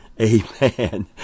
Amen